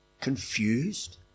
Confused